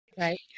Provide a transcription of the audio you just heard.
right